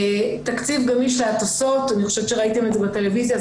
תקציב גמיש להטסות אני חושבת שראיתם א תזה בטלוויזיה,